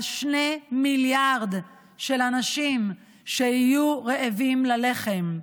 שני מיליארד אנשים שיהיו רעבים ללחם.